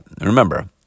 Remember